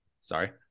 Sorry